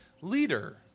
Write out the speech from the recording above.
leader